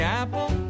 apple